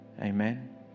Amen